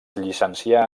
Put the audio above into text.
llicencià